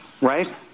Right